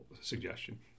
suggestion